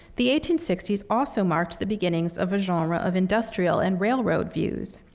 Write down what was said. the eighteen sixty s also marked the beginnings of a genre of industrial and railroad views.